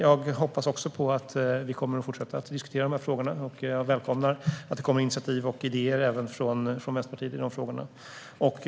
Jag hoppas också att vi kommer att fortsätta diskutera de här frågorna, och jag välkomnar att det kommer initiativ och idéer även från Vänsterpartiet i de frågorna.